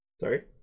Sorry